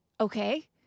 Okay